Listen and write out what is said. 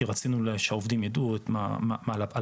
כי רצינו שהעובדים יידעו על הפעילות,